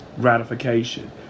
gratification